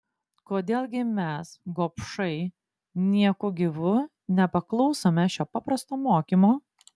kodėl gi mes gobšai nieku gyvu nepaklausome šio paprasto mokymo